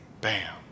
bam